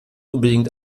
unbedingt